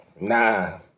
nah